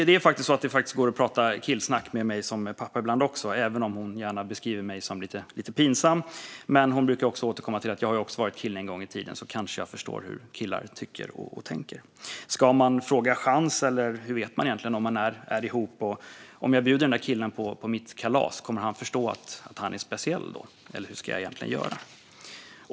Det är faktiskt så att det ibland också går att prata killsnack med mig som pappa, även om hon gärna beskriver mig som lite pinsam. Hon brukar återkomma till att jag har varit kille en gång i tiden, så jag kanske förstår hur killer tycker och tänker. Ska man fråga chans, eller hur vet man egentligen om man är ihop? Kommer den där killen förstå att han är speciell om hon bjuder honom på sitt kalas, eller hur ska hon egentligen göra?